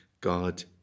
God